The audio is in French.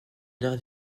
l’ère